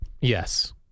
Yes